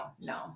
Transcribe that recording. No